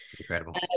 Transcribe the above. Incredible